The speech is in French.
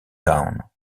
town